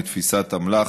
לתפיסת אמל"ח,